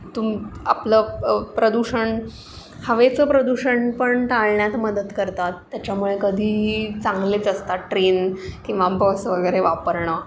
तुम आपलं प्रदूषण हवेचं प्रदूषण पण टाळण्यात मदत करतात त्याच्यामुळे कधीही चांगलेच असतात ट्रेन किंवा बस वगैरे वापरणं